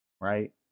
Right